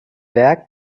werk